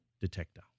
detector